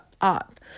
up